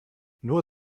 nur